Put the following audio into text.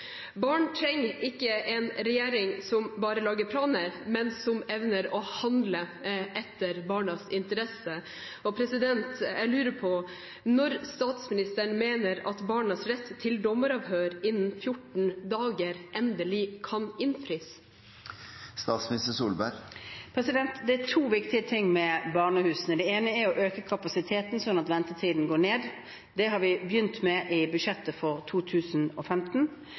Barn trenger ikke en regjering som bare lager planer, men en regjering som evner å handle etter barnas interesse. Jeg lurer på når statsministeren mener at barnas rett til dommeravhør innen 14 dager endelig kan innfris? Det er to viktige ting med barnehusene. Det ene er å øke kapasiteten sånn at ventetiden går ned. Det har vi begynt med i budsjettet for 2015.